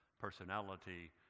personality